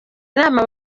inama